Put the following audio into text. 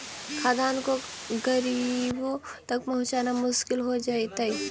खाद्यान्न को गरीबों तक पहुंचाना मुश्किल हो जइतइ